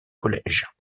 collège